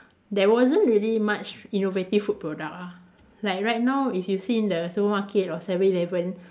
there wasn't really much innovative food product ah like right now if you see in the supermarket or seven eleven